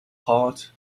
heart